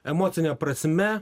emocine prasme